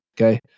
Okay